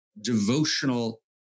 devotional